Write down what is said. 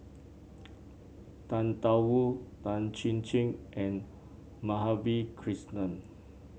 Tang Da Wu Tan Chin Chin and Madhavi Krishnan